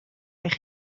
eich